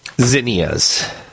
Zinnias